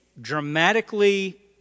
dramatically